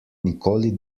nikoli